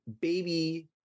baby